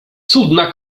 cudna